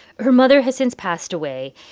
her mother has since passed away,